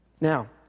Now